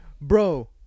bro